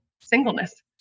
singleness